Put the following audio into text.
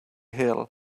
hill